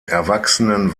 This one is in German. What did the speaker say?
erwachsenen